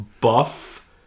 buff